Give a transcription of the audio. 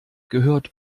gehört